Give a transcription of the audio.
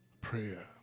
prayer